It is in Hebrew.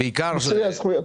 על מיצוי הזכויות.